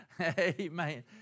amen